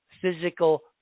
physical